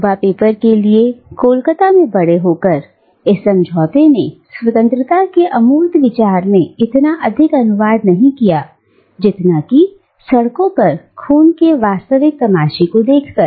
युवा पेपर के लिए कोलकाता में बड़े होकर इस समझौते ने स्वतंत्रता के अमूर्त विचार में इतना अधिक अनुवाद नहीं किया जितना कि सड़कों पर खून के वास्तविक तमाशे को देखकर